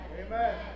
Amen